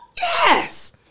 Yes